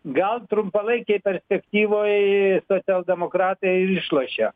gal trumpalaikėj perspektyvoj socialdemokratai ir išlošia